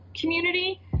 community